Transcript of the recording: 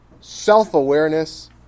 self-awareness